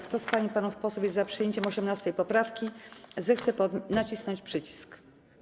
Kto z pań i panów posłów jest za przyjęciem 18. poprawki, zechce nacisnąć przycisk.